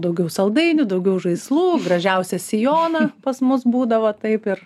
daugiau saldainių daugiau žaislų gražiausią sijoną pas mus būdavo taip ir